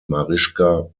marischka